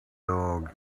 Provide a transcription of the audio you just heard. dog